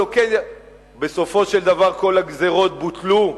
בסופו של דבר כל הגזירות בוטלו?